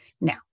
Now